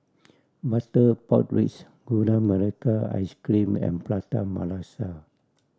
butter pork ribs Gula Melaka Ice Cream and Prata Masala